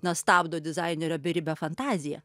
na stabdo dizainerio beribę fantaziją